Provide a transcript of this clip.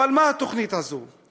אבל מה התוכנית הזו?